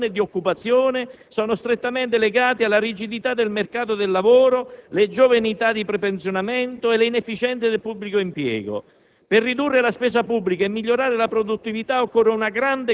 La bassa produttività così come il tasso di disoccupazione e di occupazione sono strettamente legati alla rigidità del mercato del lavoro, le giovani età di prepensionamento e l'inefficienza del pubblico impiego.